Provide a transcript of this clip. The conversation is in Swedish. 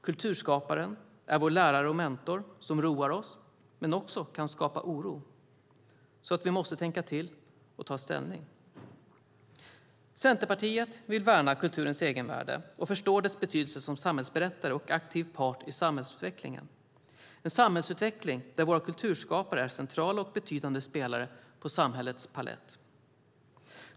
Kulturskaparen är vår lärare och mentor som roar oss men också kan skapa oro, så att vi måste tänka till och ta ställning. Centerpartiet vill värna kulturens egenvärde och förstår dess betydelse som samhällsberättare och aktiv part i samhällsutvecklingen, en samhällsutveckling där våra kulturskapare är centrala och betydande spelare på samhällets palett.